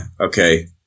okay